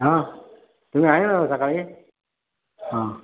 हां तुम्ही आहे ना सकाळी हां